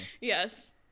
Yes